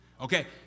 Okay